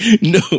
No